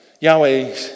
Yahweh